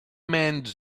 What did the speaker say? mans